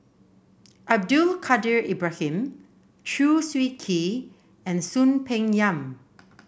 Abdul Kadir Ibrahim Chew Swee Kee and Soon Peng Yam